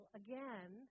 again